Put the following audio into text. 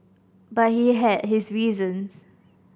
but he had his reasons